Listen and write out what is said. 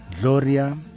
Gloria